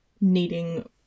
needing